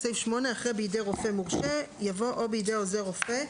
אחרי "בידי רופא מורשה" יבוא "או בידי עוזר רופא,